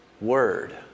Word